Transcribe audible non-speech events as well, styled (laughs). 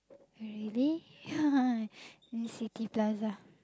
really (laughs) in City-Plaza